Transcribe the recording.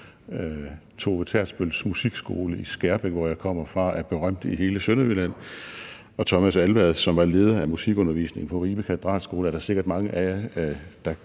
Tove Tersbøls musikskole i Skærbæk, hvor jeg kommer fra, er berømt i hele Sønderjylland, og Thomas Alvad, som var leder af musikundervisningen på Ribe Katedralskole, er der sikkert mange af